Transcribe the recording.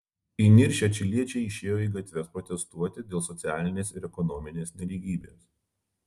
įniršę čiliečiai išėjo į gatves protestuoti dėl socialinės ir ekonominės nelygybės